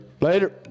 later